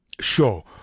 Sure